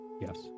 yes